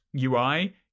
ui